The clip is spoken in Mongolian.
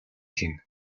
хийнэ